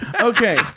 Okay